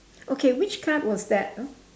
okay which card was that ah